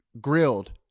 grilled